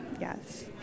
Yes